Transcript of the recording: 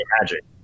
magic